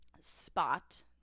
Spot